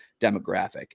demographic